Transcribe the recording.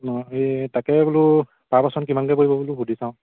অঁ এই তাকে বোলো পাৰ পাৰ্চন কিমানকৈ কৰিব বোলো সুধি চাওঁ